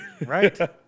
right